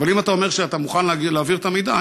אבל אם אתה אומר שאתה מוכן להעביר את המידע,